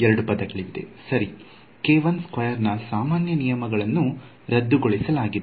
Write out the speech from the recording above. ಎರಡು ಪದಗಳು ಸರಿ k12 ನ ಸಾಮಾನ್ಯ ನಿಯಮಗಳನ್ನು ರದ್ದುಗೊಳಿಸಲಾಗಿದೆ